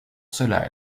cela